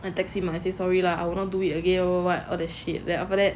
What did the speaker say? then text me say sorry lah I would not do it again what what what all the shit then after that